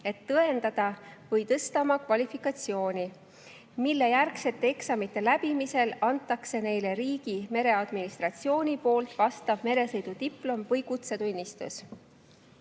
et tõendada või tõsta oma kvalifikatsiooni, mille järgsete eksamite läbimisel annab riigi mereadministratsioon neile vastava meresõidudiplomi või kutsetunnistuse.